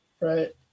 Right